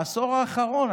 בעשור האחרון,